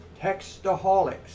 textaholics